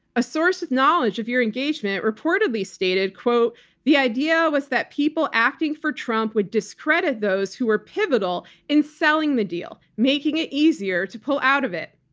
a source with knowledge of your engagement reportedly stated the idea was that people acting for trump would discredit those who were pivotal in selling the deal, making it easier to pull out of it.